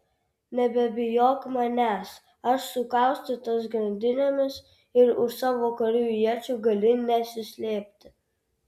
nebebijok manęs aš sukaustytas grandinėmis ir už savo karių iečių gali nesislėpti